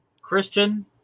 Christian